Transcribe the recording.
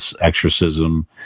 exorcism